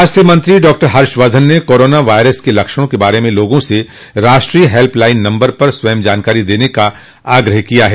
स्वास्थ्य मंत्री डॉ हर्षवर्धन ने कोरोना वायरस के लक्षणों के बारे में लोगों से राष्ट्रीय हेल्पलाइन नम्बर पर स्वयं जानकारी देने का आग्रह किया है